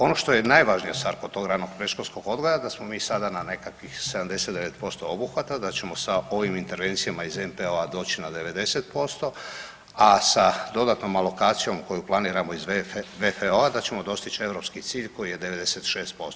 Ono što je najvažnija stvar kod tog ranog predškolskog odgoja da smo mi sada na nekakvih 79% obuhvata, da ćemo sa ovim intervencijama iz NPO-a doći na 90%, a sa dodatnom alokacijom koju planiramo iz VFO-a da ćemo dostići europski cilj koji je 96%